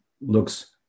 looks